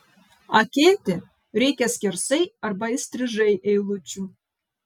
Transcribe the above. akėti reikia skersai arba įstrižai eilučių